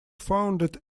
founded